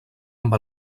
amb